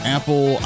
Apple